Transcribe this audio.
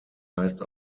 heißt